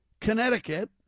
Connecticut